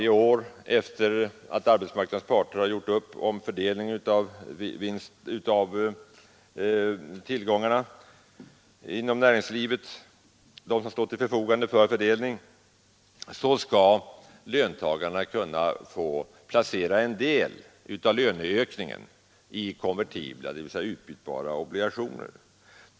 Efter att arbetsmarknadens parter varje år gjort upp om fördelning av de tillgångar som står till förfogande inom näringslivet skall löntagarna kunna få placera en del av löneökningen i konvertibla, dvs. mot aktier utbytbara, obligationer.